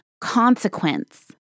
consequence